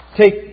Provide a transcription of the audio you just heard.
Take